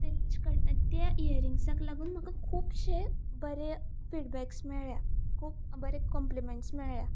ते त्या इयरिंग्साक लागून म्हाका खुबशे बरे फिडबॅक्स मेळ्या खूब बरे कॉम्प्लिमेंट्स मेळ्ळ्या